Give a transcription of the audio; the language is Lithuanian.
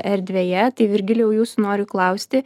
erdvėje tai virgilijau jūsų noriu klausti